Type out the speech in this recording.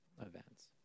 events